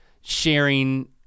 sharing